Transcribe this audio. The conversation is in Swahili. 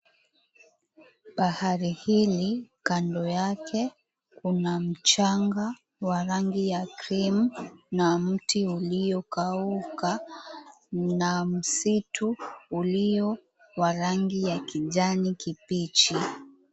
Bahari hili kando yake kuna mchanga wa rangi ya kirimu na mti uliokauka na msitu ulio wa rangi ya kijani kibichi.